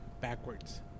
backwards